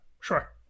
sure